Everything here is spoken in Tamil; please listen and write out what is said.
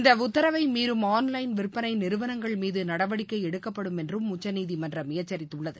இந்த உத்தரவை மீறும் ஆள் லைள் விற்பனை நிறுவனங்கள் மீது நடவடிக்கை எடுக்கப்படும் என்றும் உச்சநீதிமன்றம் எச்சரித்துள்ளது